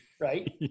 right